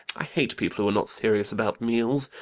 i hate people who are not serious about meals.